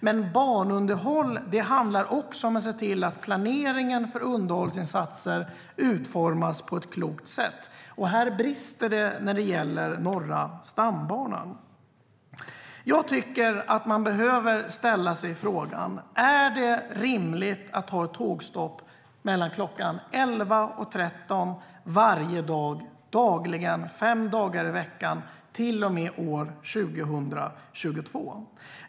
Men banunderhåll handlar också om att se till att planeringen för underhållsinsatser utformas på ett klokt sätt. Här brister det när det gäller Norra stambanan. Man behöver ställa sig frågan: Är det rimligt att ha ett tågstopp kl. 11.00-13.00 fem dagar i veckan till och med år 2022?